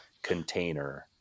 Container